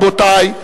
רבותי,